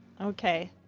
Okay